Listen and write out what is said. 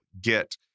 get